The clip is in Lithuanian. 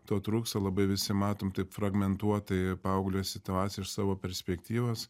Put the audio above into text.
to trūksta labai visi matom taip fragmentuotai paauglio situaciją iš savo perspektyvos